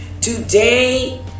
today